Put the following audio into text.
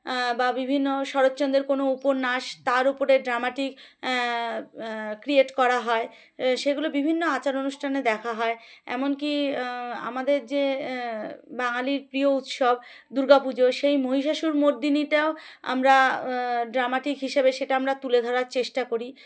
বা বিভিন্ন শরৎচন্দ্রের কোনো উপন্যাস তার উপরে ড্রামাটিক ক্রিয়েট করা হয় সেগুলো বিভিন্ন আচার অনুষ্ঠানে দেখা হয় এমনকি আমাদের যে বাঙালির প্রিয় উৎসব দুর্গা পুজো সেই মহিষাাসুর মর্দিনীটাও আমরা ড্রামাটিক হিসাবে সেটা আমরা তুলে ধরার চেষ্টা করি